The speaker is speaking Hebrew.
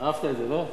אהבת את זה, לא?